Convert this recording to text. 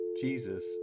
Jesus